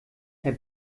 herr